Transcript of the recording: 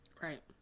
right